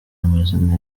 amazina